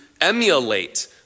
emulate